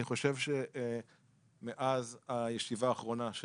אני חושב שמאז הישיבה האחרונה,